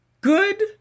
Good